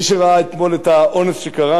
מי שראה אתמול את האונס שקרה,